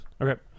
Okay